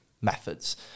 methods